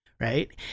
Right